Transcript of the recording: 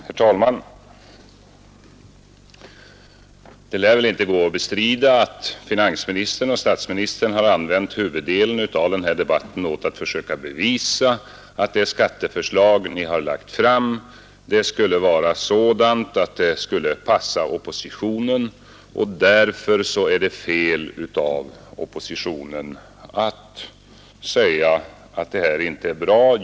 Herr talman! Det lär väl inte gå att bestrida att finansministern och statsministern har använt huvuddelen av denna debatt åt att försöka bevisa att det skatteförslag ni har lagt fram är sådant att det skulle passa oppositionen och att det därför skulle vara fel av oppositionen att säga att detta förslag inte är bra.